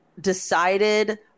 decided